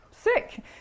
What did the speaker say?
sick